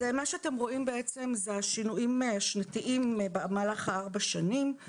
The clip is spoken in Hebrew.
אז מה שאתם רואים בעצם זה השינויים השנתיים במהלך ארבע שנים.